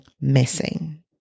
missing